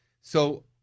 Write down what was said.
So-